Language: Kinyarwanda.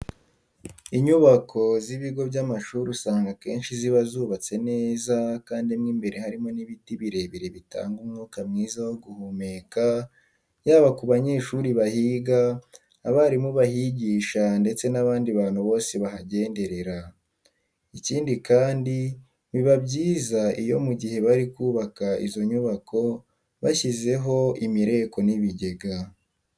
Inyubako z'ibigo by'amashuri usanga akenshi ziba zubatse neza kandi mo imbere harimo n'ibiti birebire bitanga umwuka mwiza wo guhumeka yaba ku banyeshuri bahiga, abarimu bahigisha ndetse n'abandi bantu bose bahagenderera. Ikindi kandi biba byiza iyo mu gihe bari kubaka izo nyubako bashyizeho imireko n'ibigega.